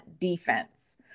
defense